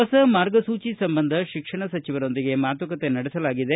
ಹೊಸ ಮಾರ್ಗಸೂಚಿ ಸಂಬಂಧ ಶಿಕ್ಷಣ ಸಚಿವರೊಂದಿಗೆ ಮಾತುಕತೆ ನಡೆಸಲಾಗಿದೆ